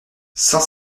cent